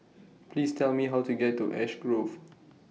Please Tell Me How to get to Ash Grove